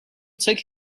took